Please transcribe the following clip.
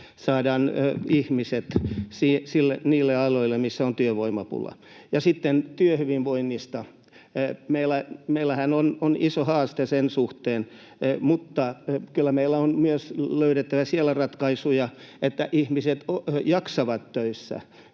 saadaan ihmiset niille alueille, missä on työvoimapula. Ja sitten työhyvinvoinnista. Meillähän on iso haaste sen suhteen, mutta kyllä meidän on myös löydettävä siellä ratkaisuja, että ihmiset jaksavat töissä,